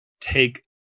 take